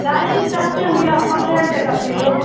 सरही सस्तेमे मिलत पन्द्रहे टके किलो